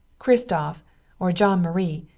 cristuff or jean-marie,